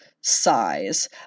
size